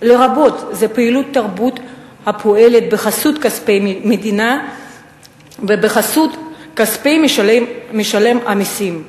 לרבות פעילות תרבות הפועלת בחסות כספי מדינה ובחסות כספי משלם המסים.